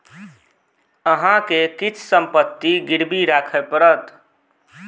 अहाँ के किछ संपत्ति गिरवी राखय पड़त